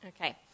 Okay